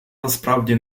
насправді